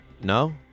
No